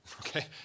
Okay